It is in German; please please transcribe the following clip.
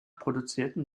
produzierten